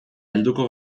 helduko